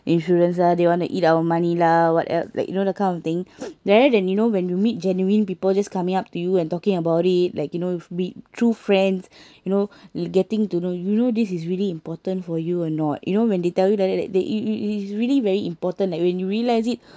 insurance ah they want to eat our money lah what else like you know the kind of thing rather than you know when you meet genuine people just coming up to you and talking about it like you know with through friends you know getting to know you know this is really important for you or not you know when they tell you like that it it it it's really very important like when you realise it